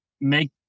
make